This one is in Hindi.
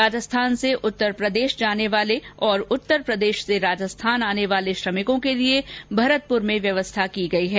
राजस्थान से उत्तप्रदेश जाने वाले और उत्तरप्रदेश से राजस्थान आने वाले श्रमिकों के लिए भरतपुर में व्यवस्था की गई है